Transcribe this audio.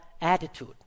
attitude